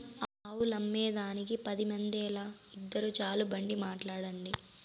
ఆవులమ్మేదానికి పది మందేల, ఇద్దురు చాలు బండి మాట్లాడండి